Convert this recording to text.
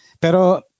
Pero